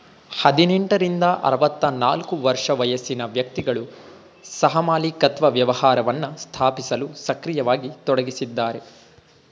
ಹದಿನೆಂಟ ರಿಂದ ಆರವತ್ತನಾಲ್ಕು ವರ್ಷ ವಯಸ್ಸಿನ ವ್ಯಕ್ತಿಗಳು ಸಹಮಾಲಿಕತ್ವ ವ್ಯವಹಾರವನ್ನ ಸ್ಥಾಪಿಸಲು ಸಕ್ರಿಯವಾಗಿ ತೊಡಗಿಸಿದ್ದಾರೆ